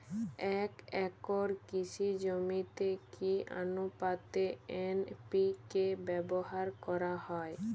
এক একর কৃষি জমিতে কি আনুপাতে এন.পি.কে ব্যবহার করা হয়?